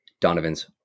Donovan's